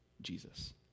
Jesus